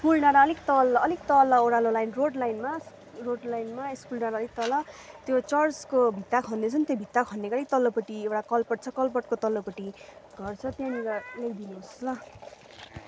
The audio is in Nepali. स्कुल डाँडा अलिक तल अलिक तल ओह्रालो लाइन रोड लाइनमा रोड लाइनमा स्कुल डाँडा अलिक तल त्यो चर्चको भित्ता खन्दैछ नि त्यो भित्ता खनेकै तल्लोपट्टि एउटा कलपट छ कलपटको तल्लोपट्टि घर छ त्यहाँनिर ल्याइदिनुहोस् ल